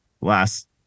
last